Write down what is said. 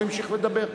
הוא המשיך לדבר.